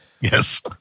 Yes